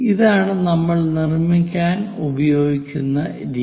ഇതാണ് നമ്മൾ നിർമിക്കാൻ ഉപയോഗിക്കുന്ന രീതി